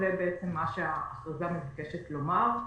זה בעצם מה שההכרזה מבקשת לומר,